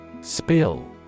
Spill